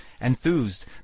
enthused